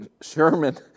Sherman